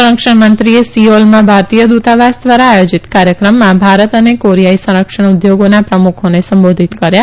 સંરક્ષણ મંત્રીએ સિઓલમાં ભારતીય દુતાવાસ દ્વારા આયોજિત કાર્યક્રમમાં ભારત અને કોરિયાઈ સંરક્ષણ ઉદ્યોગોના પ્રમુખોને સંબોધિત કર્યા